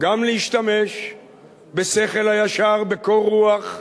גם להשתמש בשכל הישר, בקור רוח,